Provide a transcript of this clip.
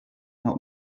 help